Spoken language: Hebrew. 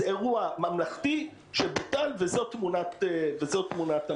זה אירוע ממלכתי שבוטל וזאת תמונת המצב.